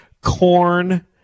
corn